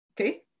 Okay